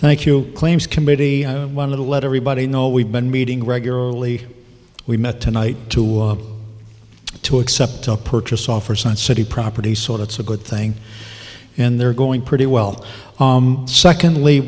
thank you claims committee one little let everybody know we've been meeting regularly we met tonight to to accept a purchase offer sun city property so that's a good thing and they're going pretty well secondly